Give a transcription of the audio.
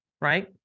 right